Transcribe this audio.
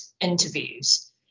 interviews